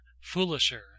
foolisher